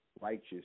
righteous